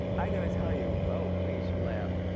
i gotta tell you. oh, please, you laugh.